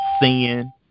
sin